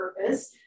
purpose